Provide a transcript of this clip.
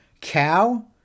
Cow